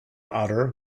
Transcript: otter